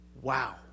wow